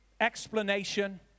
explanation